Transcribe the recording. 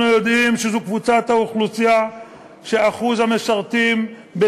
אנחנו יודעים שזו קבוצת האוכלוסייה שאחוז המשרתים שלה